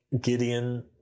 Gideon